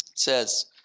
says